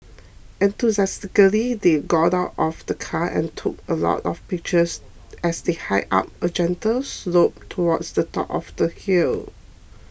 enthusiastically they got out of the car and took a lot of pictures as they hiked up a gentle slope towards the top of the hill